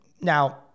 Now